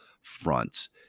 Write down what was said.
fronts